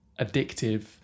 addictive